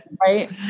right